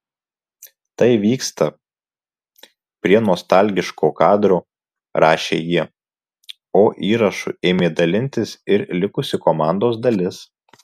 tai vyksta prie nostalgiško kadro rašė jie o įrašu ėmė dalintis ir likusi komandos dalis